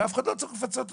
ואף אחד לא צריך לפצות אותו.